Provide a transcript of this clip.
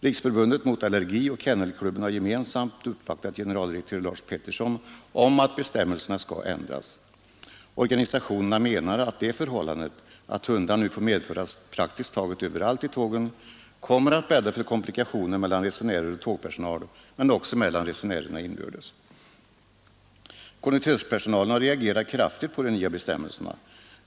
Riksförbundet mot allergi och Kennelklubben har gemensamt uppvaktat generaldirektör Lars Peterson om att bestämmelserna skall ändras. Organisationerna menar att det förhållandet att hundar nu får medföras praktiskt taget överallt i tågen kommer att bädda för komplikationer mellan resenärer och tågpersonal men också mellan resenärerna inbördes. Konduktörspersonalen har reagerat kraftigt på de nya bestämmelserna.